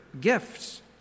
gifts